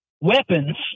weapons